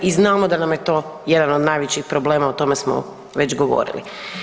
I znamo da nam je to jedan od najvećih problema, o tome smo već govorili.